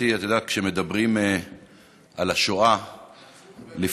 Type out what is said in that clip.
ככל שמבינים עד כמה הייתה השואה תופעה